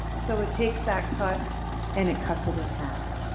so it takes that cut and it cuts it in half.